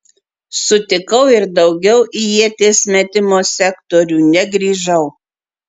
sutikau ir daugiau į ieties metimo sektorių negrįžau